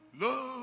love